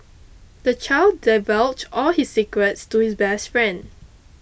the child divulged all his secrets to his best friend